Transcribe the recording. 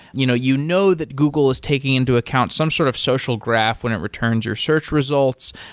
you know you know that google is taking into account some sort of social graph when it returns your search results.